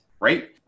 right